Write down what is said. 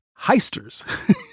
heisters